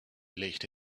legte